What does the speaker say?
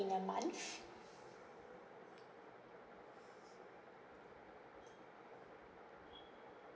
in a month